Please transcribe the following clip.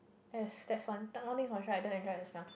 yes that's one that one I don't enjoy the smell